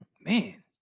Man